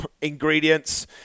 ingredients